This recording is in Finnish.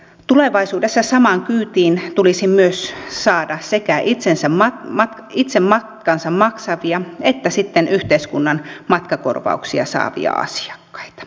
tulevaisuudessa samaan kyytiin tulisi myös saada sekä itse matkansa maksavia että sitten yhteiskunnan matkakorvauksia saavia asiakkaita